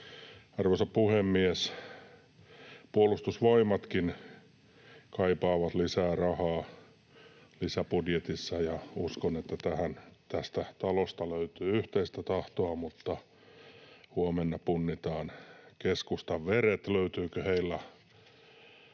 Arvoisa puhemies! Puolustusvoimatkin kaipaavat lisää rahaa lisäbudjetissa, ja uskon, että tähän tästä talosta löytyy yhteistä tahtoa, mutta huomenna punnitaan keskustan veret, löytyykö heillä